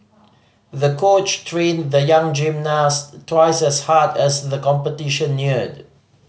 the coach trained the young gymnast twice as hard as the competition neared